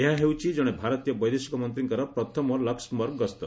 ଏହା ହେଉଛି ଜଣେ ଭାରତୀୟ ବୈଦେଶିକ ମନ୍ତ୍ରୀଙ୍କର ପ୍ରଥମ ଲକ୍ସମବର୍ଗ ଗସ୍ତ